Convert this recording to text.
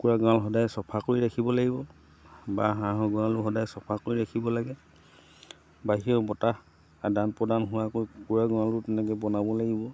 কুকুৰা গঁৰাল সদায় চফা কৰি ৰাখিব লাগিব বা হাঁহৰ গঁৰালো সদায় চফা কৰি ৰাখিব লাগে বাহিৰেও বতাহ আদান প্ৰদান হোৱাকৈ কুকুৰা গঁৰালো তেনেকৈ বনাব লাগিব